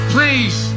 Please